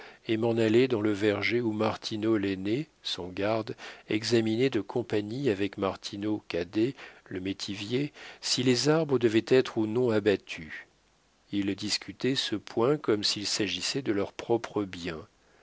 et m'en allai dans le verger où martineau l'aîné son garde examinait de compagnie avec martineau cadet le métivier si les arbres devaient être ou non abattus ils discutaient ce point comme s'il s'agissait de leurs propres biens